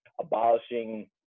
abolishing